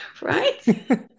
right